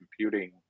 computing